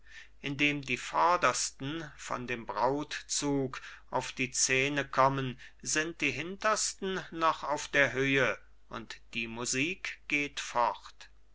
indem die vordersten von dem brautzug auf die szene kommen sind die hintersten noch auf der höhe und die musik geht fort